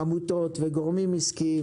עמותות וגורמים עסקיים